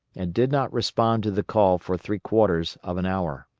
and did not respond to the call for three quarters of an hour.